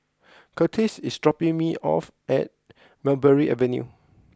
Kurtis is dropping me off at Mulberry Avenue